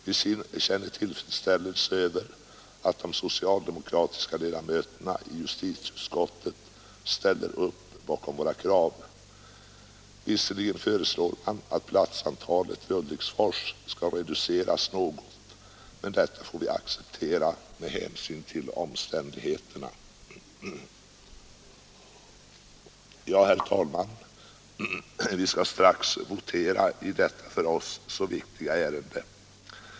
Vi känner tillfredsställelse över alt de socialdemokratiska ledamöterna av justitieutskottet ställer upp bakom våra krav. Visserligen föreslår man att platsantalet vid Ulriksfors skall reduceras något, men detta får vi acceptera med hänsyn till omständigheterna. Vi skall strax voötera i detta för oss så viktiga ärende.